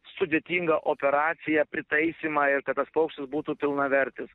sudėtingą operaciją pritaisymą ir kad tas paukštis būtų pilnavertis